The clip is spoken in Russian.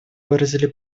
выразили